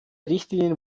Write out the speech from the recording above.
richtlinien